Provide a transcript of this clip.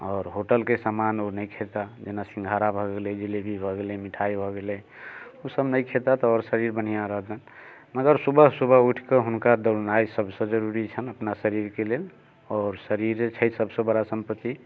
आओर होटलके सामान ओ नहि खेता जेना सिङ्घारा भऽ गेलै जिलेबी भऽ गेलै मिठाइ भऽ गेलै उ सभ नहि खेता तऽ आओर शरीर बन्हािआँ रहतनि मगर सुबह सुबह उठि कऽ हुनका दौड़नाइ सभसँ जरूरी छनि अपना शरीरके लेल आओर शरीरे छै सभसँ बड़ा सम्पत्ति